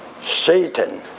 Satan